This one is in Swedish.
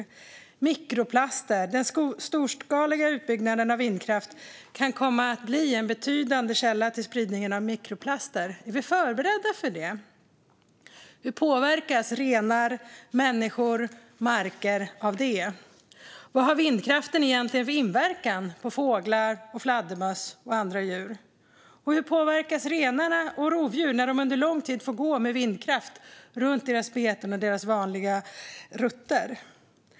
Det handlar även om mikroplaster, då den storskaliga utbyggnaden av vindkraft kan komma att bli en betydande källa till spridningen av mikroplaster. Är vi förberedda för det? Hur påverkas renar, människor och marker av det? Vad har vindkraften egentligen för inverkan på fåglar, fladdermöss och andra djur, och hur påverkas renar och rovdjur när de under lång tid får gå med vindkraft runt sina beten och vanliga rutter?